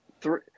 three